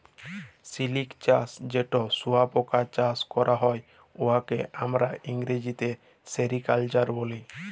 সিলিক চাষ যেট শুঁয়াপকা চাষ ক্যরা হ্যয়, উয়াকে আমরা ইংরেজিতে সেরিকালচার ব্যলি